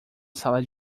sala